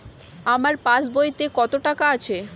আমার পাস বইতে কত টাকা আছে?